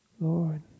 Lord